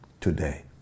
today